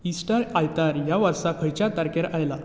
Easter आयतार ह्या वर्सा खंयच्या तारखेर आयला